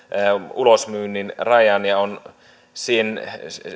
ulosmyynnin rajan ja on siihen